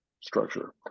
structure